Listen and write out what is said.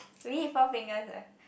we eat Four Fingers ah